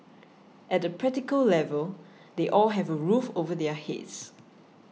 at the practical level they all have a roof over their heads